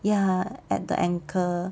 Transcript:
ya at the ankle